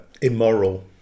immoral